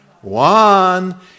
One